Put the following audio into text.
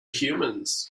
humans